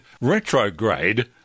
retrograde